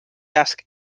ask